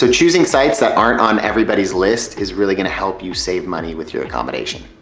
so choosing sites that aren't on everybody's list is really gonna help you save money with your accommodation.